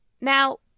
Now